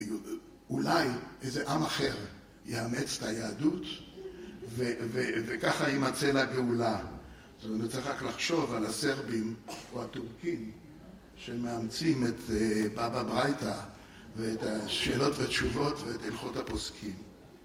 אולי איזה עם אחר יאמץ את היהדות וככה יימצא לה גאולה. אז אני צריך רק לחשוב על הסרבים או הטורקים שמאמצים את בבא ברייתא ואת השאלות ותשובות ואת הלכות הפוסקים.